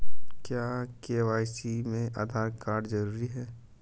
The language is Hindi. क्या के.वाई.सी में आधार कार्ड जरूरी है?